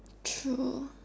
true